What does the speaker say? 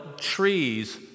trees